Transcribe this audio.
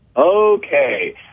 okay